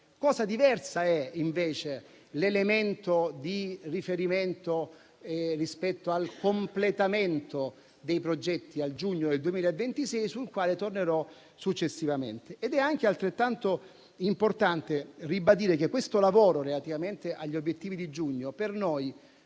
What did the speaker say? Cosa diversa è, invece, l'elemento di riferimento rispetto al completamento dei progetti al giugno del 2026, sul quale tornerò successivamente. È altrettanto importante ribadire che questo lavoro relativamente agli obiettivi di giugno per noi